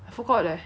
philippines